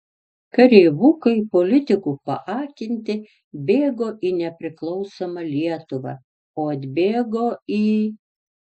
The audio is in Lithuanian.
kareivukai politikų paakinti bėgo į nepriklausomą lietuvą o atbėgo į